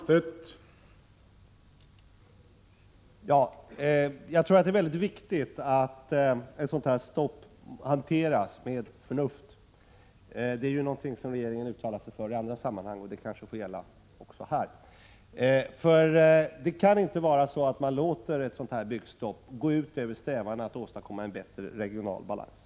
Herr talman! Det är mycket viktigt att ett sådant här stopp hanteras med förnuft — det är någonting som regeringen uttalar sig för i andra sammanhang, och det kanske också får gälla här. Detta byggstopp får inte gå ut över strävandena att åstadkomma en bättre regional balans.